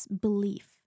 belief